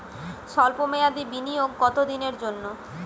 সল্প মেয়াদি বিনিয়োগ কত দিনের জন্য?